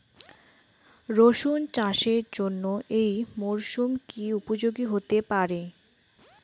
রসুন চাষের জন্য এই মরসুম কি উপযোগী হতে পারে?